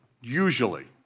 usually